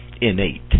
innate